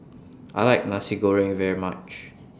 I like Nasi Goreng very much